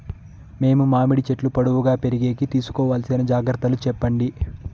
మేము మామిడి చెట్లు పొడువుగా పెరిగేకి తీసుకోవాల్సిన జాగ్రత్త లు చెప్పండి?